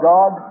God